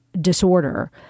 disorder